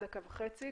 דקה וחצי,